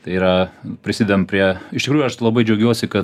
tai yra prisidedam prie iš tikrųjų aš labai džiaugiuosi kad